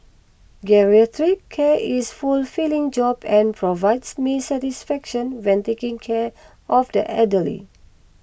geriatric care is fulfilling job and provides me satisfaction when taking care of the elderly